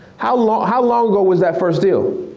how long how long ago was that first deal?